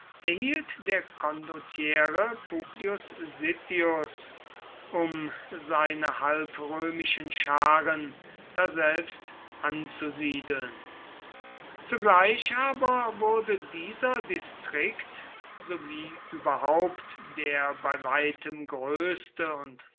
erhielt der condottiere publius sittius um seine halbrömischen scharen daselbst anzusiedeln zugleich aber wurde dieser distrikt sowie überhaupt der bei weitem größte und